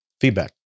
Feedback